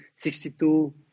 62